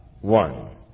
one